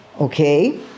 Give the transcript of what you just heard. Okay